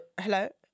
hello